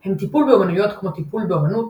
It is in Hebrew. הם טיפול באמנויות כמו טיפול באמנות,